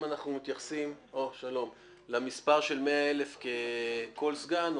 אנחנו מתייחסים למספר של 100 אלף לכל סגן,